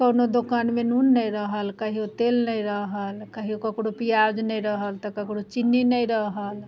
कोनो दोकानमे नून नहि रहल कहिओ तेल नहि रहल कहिओ ककरो पिआज नहि रहल तऽ ककरो चिन्नी नहि रहल